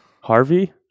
harvey